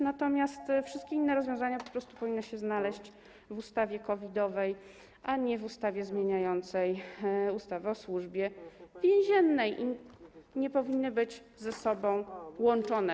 Natomiast wszystkie inne rozwiązania po prostu powinny się znaleźć w ustawie COVID-owej, a nie w ustawie zmieniającej ustawę o Służbie Więziennej, i nie powinny być ze sobą łączone.